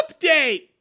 Update